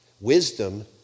Wisdom